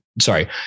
sorry